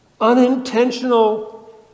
Unintentional